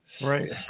Right